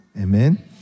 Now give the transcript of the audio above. Amen